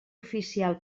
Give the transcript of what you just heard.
oficial